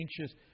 anxious